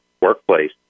workplace